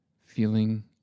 feeling